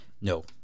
No